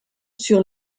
sur